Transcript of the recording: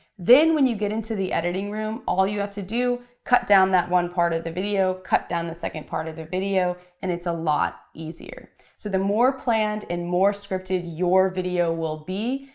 then when you get into the editing room, all you have to do, cut down that one part of the video, cut down the second part of the video and it's a lot easier. so the more planned and more scripted your video will be,